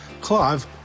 Clive